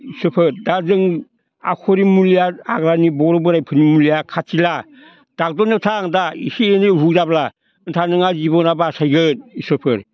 फिसौफोर दा जों आखुरि मुलिया आग्लानि बर'बोराइफोरनि मुलिया खाथिला ड'क्टरनाव थां दा एसि एनै उसुख जाब्ला होनब्ला नोंहा जिब'ना बासायगोन इसोरफोर